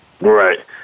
Right